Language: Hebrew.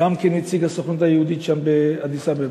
גם כנציג הסוכנות היהודית שם באדיס-אבבה,